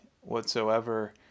whatsoever